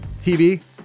TV